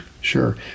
Sure